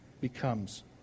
becomes